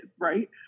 right